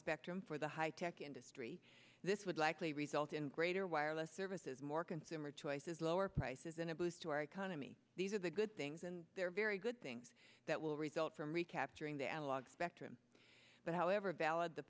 spectrum for the high tech industry this would likely result in greater wireless services more consumer choices lower prices and a boost to our economy these are the good things and they're very good things that will result from recapturing the analog spectrum but however valid the